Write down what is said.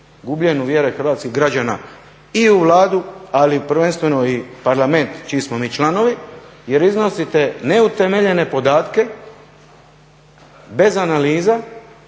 gubljenju vjere hrvatskih građana i u Vladu, ali prvenstveno i Parlament čiji smo mi članovi jer iznosite neutemeljene podatke bez analiza